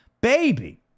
baby